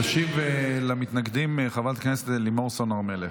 תשיב למתנגדים חברת הכנסת לימור סון הר מלך.